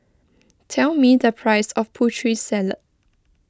tell me the price of Putri Salad